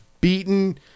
beaten